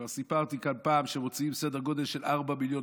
כבר סיפרתי כאן פעם שמוציאים סדר גודל של 4 מיליון